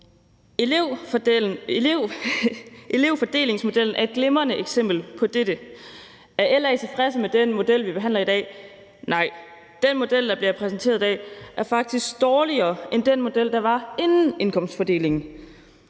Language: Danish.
Elevfordelingsmodellen er et glimrende eksempel på dette. Er LA tilfredse med den model, vi behandler i dag? Nej. Den model, der bliver præsenteret i dag, er faktisk dårligere end den model, der var inden indkomstfordelingen,